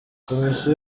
komisiyo